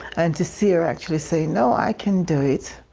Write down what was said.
and to see her actually say, no, i can do it.